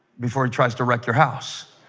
before it tries to wreck your house